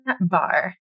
bar